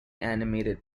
animated